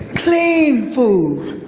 clean food,